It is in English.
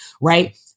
right